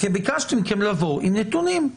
ביקשתי מכם לבוא עם נתונים.